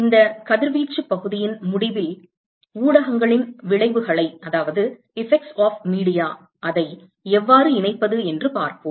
இந்த கதிர்வீச்சு பகுதியின் முடிவில் ஊடகங்களின் விளைவுகளை எவ்வாறு இணைப்பது என்று பார்ப்போம்